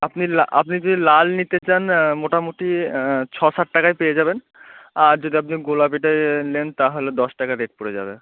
আপনি আপনি যদি লাল নিতে চান মোটামুটি ছ সাত টাকায় পেয়ে যাবেন আর যদি আপনি গোলাপিটায় নেন তাহলে দশ টাকা রেট পড়ে যাবে